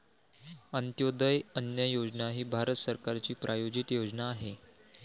अंत्योदय अन्न योजना ही भारत सरकारची प्रायोजित योजना आहे